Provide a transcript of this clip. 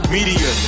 Media